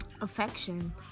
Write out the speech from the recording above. Affection